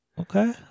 Okay